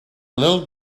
little